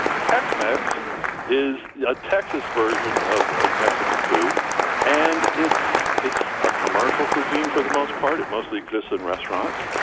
tex-mex is a texas version of of mexican food and it's it's a commercial cuisine for the most part. it mostly exists in restaurants,